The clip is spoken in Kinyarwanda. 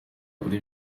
kuri